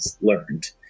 learned